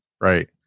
Right